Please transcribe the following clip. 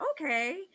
okay